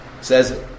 says